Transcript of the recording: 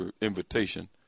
invitation